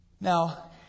Now